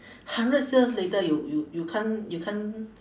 hundred years later you you you can't you can't